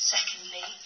Secondly